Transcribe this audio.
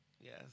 Yes